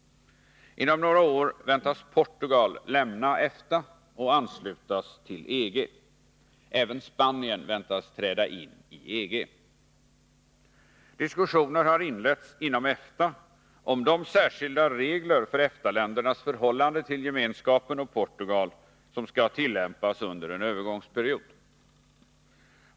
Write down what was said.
Inom några år väntas Portugal lämna EFTA och anslutas till EG. Även Spanien väntas träda in i EG. Diskussioner har inletts inom EFTA om de särskilda regler för EFTA-ländernas förhållande till Gemenskapen och Portugal som skall tillämpas under en övergångsperiod.